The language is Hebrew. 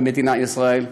במדינת ישראל,